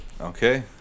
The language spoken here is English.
Okay